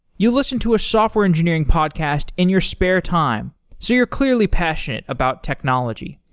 you listen to a software engineering podcast in your spare time, so you're clearly passionate about technology.